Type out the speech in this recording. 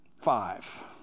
Five